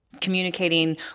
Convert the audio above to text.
communicating